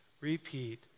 repeat